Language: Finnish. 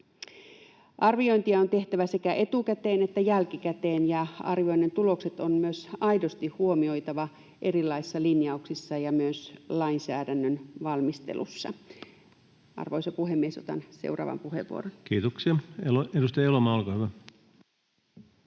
Arviointia on tehtävä sekä etukäteen että jälkikäteen, ja arvioinnin tulokset on myös aidosti huomioitava erilaisissa linjauksissa ja myös lainsäädännön valmistelussa. — Arvoisa puhemies, otan seuraavan puheenvuoron. [Speech 87] Speaker: